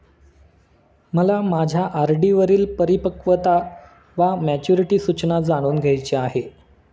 मला माझ्या आर.डी वरील परिपक्वता वा मॅच्युरिटी सूचना जाणून घ्यायची आहे